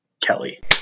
Kelly